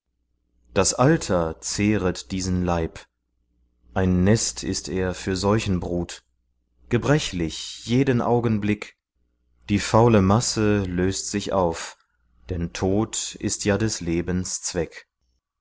das alter zehret diesen leib ein nest ist er für seuchenbrut gebrechlich jeden augenblick die faule masse löst sich auf denn tod ist ja des lebens zweck